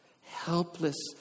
Helpless